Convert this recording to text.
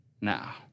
now